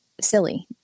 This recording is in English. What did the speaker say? silly